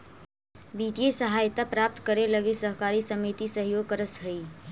वित्तीय सहायता प्राप्त करे लगी सहकारी समिति सहयोग करऽ हइ